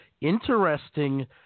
interesting